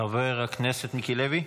חבר הכנסת מיקי לוי.